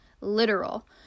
literal